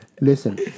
Listen